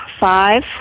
five